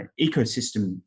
ecosystem